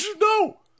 no